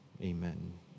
Amen